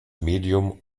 medium